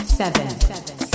seven